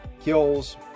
kills